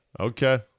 Okay